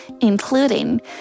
including